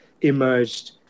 emerged